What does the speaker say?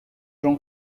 gens